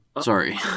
Sorry